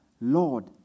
Lord